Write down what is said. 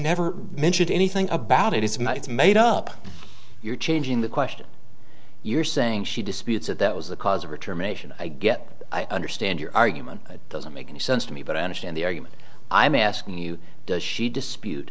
never mentioned anything about it is it's made up you're changing the question you're saying she disputes that that was the cause of her terminations i get i understand your argument doesn't make any sense to me but i understand the argument i'm asking you does she dispute